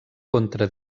contra